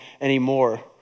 anymore